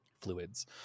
fluids